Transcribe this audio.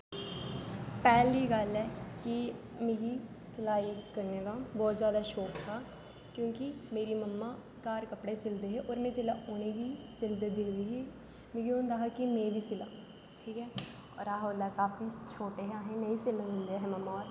पहली गल्ल ऐ कि मिगी सलाई करने दा बहुत ज्यादा शौंक हा क्योकि मेरी ममा घार कपडे़ सिलदे है और में जिसले उंनेंगी सिलदे दिक्खदी ही मिगी ओंदा हा कि में बी सिला ठीक ऐ अश उसले काफी छोटे है आसेगी नेई है सिलन दिंदे ममां